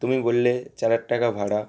তুমি বললে চার হাজার টাকা ভাড়া